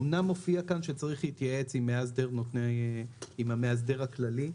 אמנם מופיע כאן שצריך להתייעץ עם המאסדר הכללי,